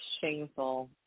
shameful